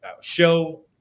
show